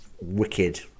wicked